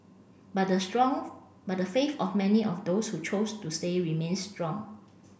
but the strong but the faith of many of those who chose to say remains strong